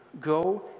Go